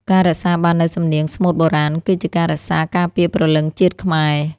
ការរក្សាបាននូវសំនៀងស្មូតបុរាណ គឺជាការរក្សាការពារព្រលឹងជាតិខ្មែរ។